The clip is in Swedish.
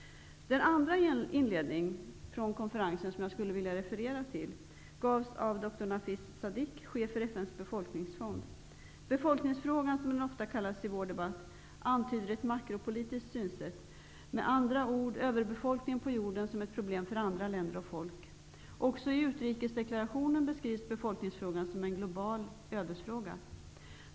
Den andra inledningen på konferensen som jag vill referera till gäller Dr Nafis Sadik, chef för FN:s befolkningsfond. Befolkningsfrågan, som den ofta kallas också i vår debatt, antyder ett makropolitiskt synsätt -- med andra ord överbefolkningen på jorden som ett problem för andra länder och folk. Också i utrikesdeklarationen beskrivs befolkningsfrågan som en global ödesfråga.